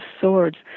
swords